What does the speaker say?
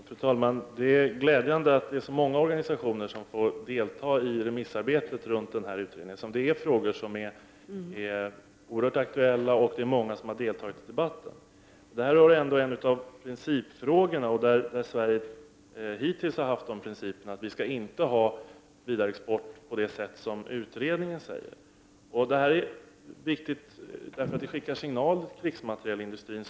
Fru talman! Det är glädjande att det är så många organisationer som får delta i remissarbetet kring utredningen, eftersom detta är frågor som är oerhört aktuella. Det är många som har deltagit i debatten. Detta är en fråga där Sverige hittills har haft som princip att inte ha vidareexport på det sätt som sägs i utredningen. Detta är viktigt, eftersom signaler skickas till krigsmaterielindustrin.